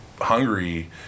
Hungary